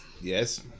Yes